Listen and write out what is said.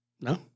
No